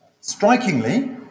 Strikingly